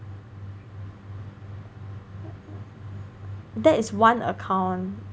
that is one account